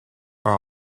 are